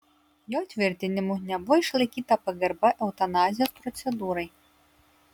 jo tvirtinimu nebuvo išlaikyta pagarba eutanazijos procedūrai